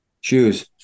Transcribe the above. Shoes